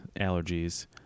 allergies